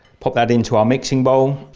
put that into our mixing bowl,